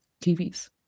TV's